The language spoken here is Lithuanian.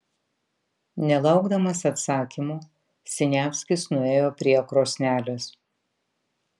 nelaukdamas atsakymo siniavskis nuėjo prie krosnelės